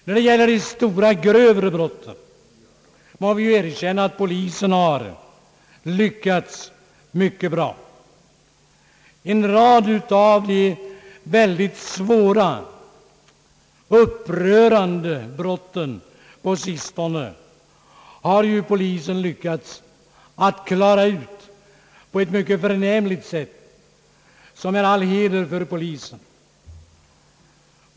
När det gäller de grövre brotten måste vi erkänna, att polisen har lyckats mycket bra. En rad av de synnerligen svåra och upprörande brotten på sistone har polisen lyckats klara upp på ett mycket förnämligt sätt; till all heder för polisen.